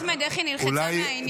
אחמד, איך היא נלחצה מהעניין.